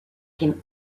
came